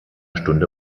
stunde